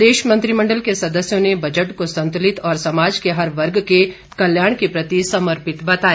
प्रदेश मंत्रिमंडल के सदस्यों ने बजट को संतुलित और समाज के हर वर्ग के कल्याण के प्रति समर्पित बताया